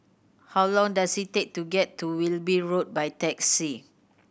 how long does it take to get to Wilby Road by taxi